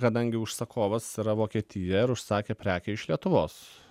kadangi užsakovas yra vokietija ir užsakė prekę iš lietuvos